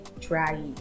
try